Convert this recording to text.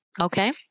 Okay